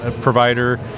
provider